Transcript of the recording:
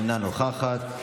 אינה נוכחת,